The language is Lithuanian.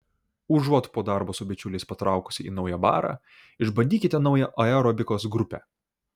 užuot po darbo su bičiuliais patraukusi į naują barą išbandykite naują aerobikos grupę